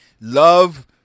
love